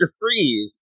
Freeze